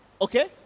okay